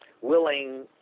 willing